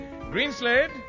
Greenslade